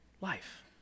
life